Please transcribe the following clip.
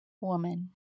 woman